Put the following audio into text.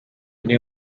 niwe